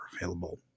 available